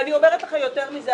ואני אומרת יותר מזה,